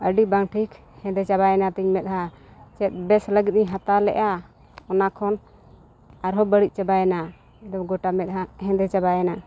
ᱟᱹᱰᱤ ᱵᱟᱝ ᱴᱷᱤᱠ ᱦᱮᱸᱫᱮ ᱪᱟᱵᱟᱭᱮᱱᱟ ᱛᱤᱧ ᱢᱮᱫ ᱦᱟᱸ ᱪᱮᱫ ᱵᱮᱥ ᱞᱟᱹᱜᱤᱫ ᱤᱧ ᱦᱟᱛᱟᱣ ᱞᱮᱜᱼᱟ ᱚᱱᱟ ᱠᱷᱚᱱ ᱟᱨᱦᱚᱸ ᱵᱟᱹᱲᱤᱡ ᱪᱟᱵᱟᱭᱮᱱᱟ ᱟᱫᱚ ᱜᱚᱴᱟ ᱢᱮᱫ ᱦᱟᱸ ᱦᱮᱸᱫᱮ ᱪᱟᱵᱟᱭᱮᱱᱟ